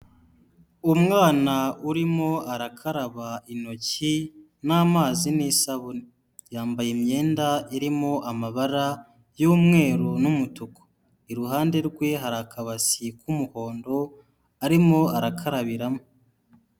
Umwana urimo arakaraba intoki n'amazi n'isabune. Yambaye imyenda irimo amabara y'mweru n'umutuku. Iruhande rwe hari akabasi k'umuhondo arimo arakarabiramo.